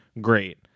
Great